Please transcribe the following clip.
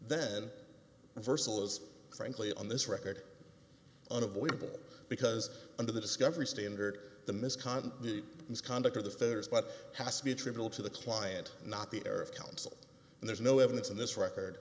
then versus frankly on this record unavoidable because under the discovery standard the misconduct misconduct of the feathers but has to be attributed to the client not the error of counsel and there's no evidence in this record